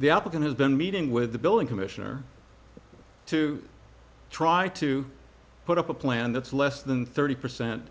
the applicant has been meeting with the billing commissioner to try to put up a plan that's less than thirty percent